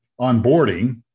onboarding